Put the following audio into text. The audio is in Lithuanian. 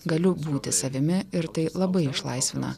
galiu būti savimi ir tai labai išlaisvina